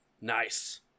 Nice